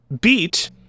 beat